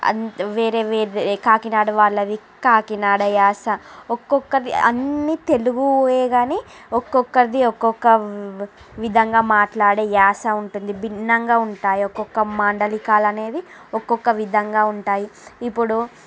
అంతా వేరే వేరే కాకినాడ వాళ్ళది కాకినాడ యాస ఒక్కొకటి అన్నీతెలుగే కాని ఒక్కొక్కరిది ఒకొక్క వి విధంగా మాట్లాడే యాస ఉంటుంది భిన్నంగా ఉంటాయి ఒకొక్క మాండలికాలు అనేవి ఒకొక్క విధంగా ఉంటాయి ఇప్పుడు